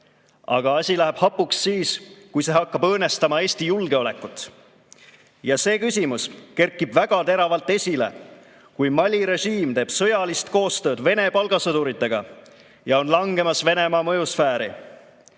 aga asi läheb hapuks siis, kui see hakkab õõnestama Eesti julgeolekut. Ja see küsimus kerkib väga teravalt esile, kui Mali režiim teeb sõjalist koostööd Vene palgasõduritega ja on langemas Venemaa mõjusfääri.